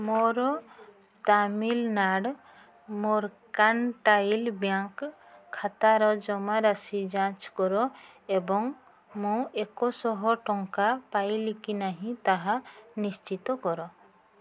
ମୋର Tamil Nadu mercantile bank ଖାତାର ଜମାରାଶି ଯାଞ୍ଚ କର ଏବଂ ମୁଁ ଏକଶହ ଟଙ୍କା ପାଇଲି କି ନାହିଁ ତାହା ନିଶ୍ଚିତ କର